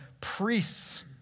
priests